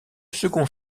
second